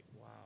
Wow